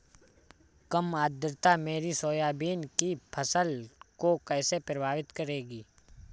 कम आर्द्रता मेरी सोयाबीन की फसल को कैसे प्रभावित करेगी?